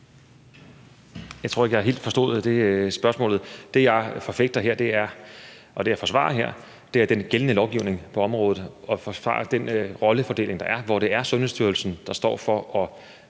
Jeg tror ikke, jeg helt forstod spørgsmålet. Det, jeg forfægter her, og det, jeg forsvarer her, er den gældende lovgivning på området. Jeg forsvarer den rollefordeling, der er, hvor det er Sundhedsstyrelsen, der står for at